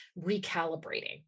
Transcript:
recalibrating